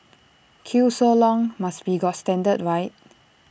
queue so long must be got standard right